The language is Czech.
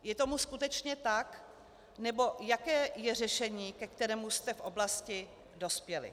Je tomu skutečně tak, nebo jaké je řešení, ke kterému jste v oblasti dospěli?